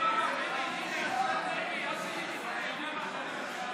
לא לא לא, מיקי, מיקי, אל, אני יודע מה שאני אומר.